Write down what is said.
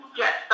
yes